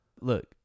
Look